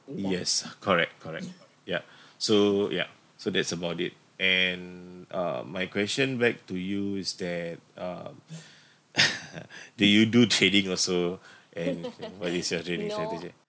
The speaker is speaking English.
yes correct correct yeah so yeah so that's about it and uh my question back to you is there um do you do trading also and what is your trading strategy